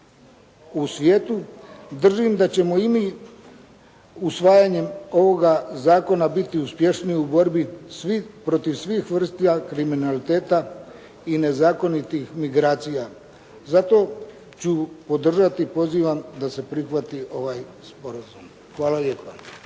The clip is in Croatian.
u svijetu, držim da ćemo i mi usvajanjem ovoga zakona biti uspješniji u borbi protiv svih vrsta kriminaliteta i nezakonitih migracija. Zato ću podržati, pozivam da se prihvati ovaj sporazum. Hvala lijepa.